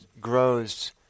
grows